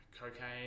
cocaine